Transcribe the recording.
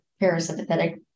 parasympathetic